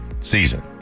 season